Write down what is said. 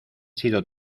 sido